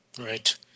Right